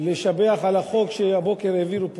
לשבח את החוק שהבוקר העבירו פה,